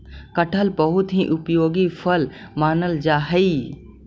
कटहल बहुत ही उपयोगी फल मानल जा हई